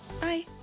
Bye